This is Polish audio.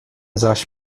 zaś